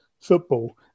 football